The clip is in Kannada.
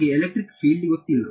ನನಗೆ ಎಲೆಕ್ಟ್ರಿಕ್ ಫೀಲ್ಡ್ ಗೊತ್ತಿಲ್ಲ